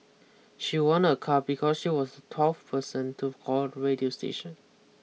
she won a car because she was the twelfth person to call the radio station